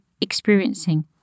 experiencing